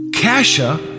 Kasha